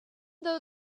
though